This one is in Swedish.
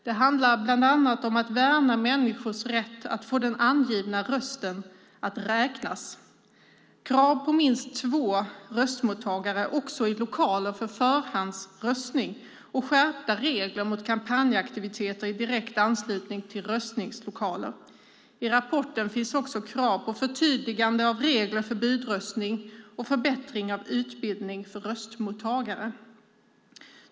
Det handlar bland annat om att värna människors rätt att få den avgivna rösten att räknas, krav på minst två röstmottagare också i lokaler för förhandsröstning samt skärpta regler mot kampanjaktiviteter i direkt anslutning till röstningslokaler. I rapporten finns också krav på förtydligande av regler för budröstning och förbättring av utbildning för röstmottagare.